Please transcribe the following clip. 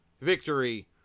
victory